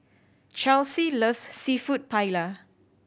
Charlsie loves Seafood Paella